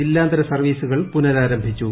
ജില്ലാന്തര സർവ്വീസുകൾ പുനരാരംഭിച്ചു